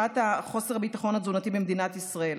שיכלו למגר את תופעת חוסר הביטחון התזונתי במדינת ישראל.